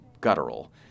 guttural